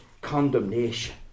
condemnation